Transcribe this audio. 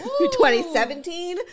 2017